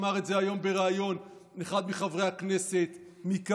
אמר את זה היום בריאיון אחד מחברי הכנסת מכאן,